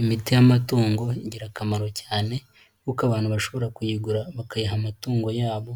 Imiti y'amatungo ni ingirakamaro cyane, kuko abantu bashobora kuyigura bakayiha amatungo yabo,